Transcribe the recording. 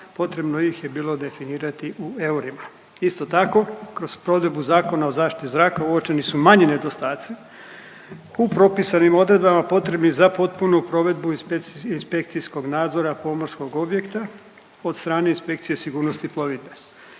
potrebno ih je bio definirati u eurima. Isto tako, kroz provedbu Zakona o zaštiti zraka uočeni su manji nedostaci u propisanim odredbama potrebni za potpunu provedbu inspekcijskog nadzora pomorskog objekta od strane Inspekcije sigurnosti plovidbe